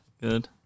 good